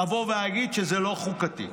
אבוא ואגיד שזה לא חוקתי.